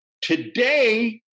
Today